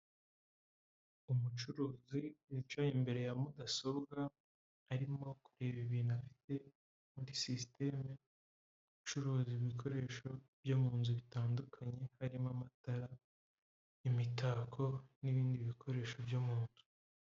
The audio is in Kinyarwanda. Umucuruzi wicaye imbere ya mudasobwa arimo kureba ibintu afite muri sisitemu icuruza ibikoresho byo mu nzu bitandukanye harimo amatara, imitako n'ibindi bikoresho byo m'inzu